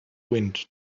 wind